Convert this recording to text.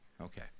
Okay